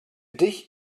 dich